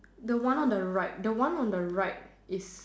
the one on the right the one on the right is